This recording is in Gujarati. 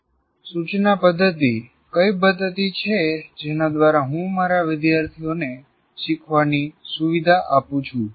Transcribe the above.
સૂચના પદ્ધતિ કઈ પદ્ધતિ છે જેના દ્વારા હું મારા વિદ્યાર્થીઓને શીખવાની સુવિધા આપું છું